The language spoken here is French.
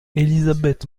élisabeth